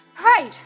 Right